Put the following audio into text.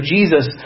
Jesus